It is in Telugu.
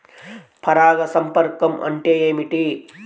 పరాగ సంపర్కం అంటే ఏమిటి?